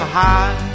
high